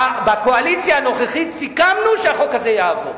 בקואליציה הנוכחית סיכמנו שהחוק הזה יעבור.